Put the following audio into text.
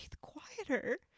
quieter